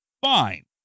fine